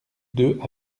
deux